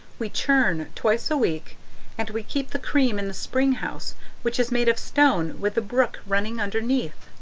we churn twice a week and we keep the cream in the spring house which is made of stone with the brook running underneath.